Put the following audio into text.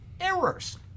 errors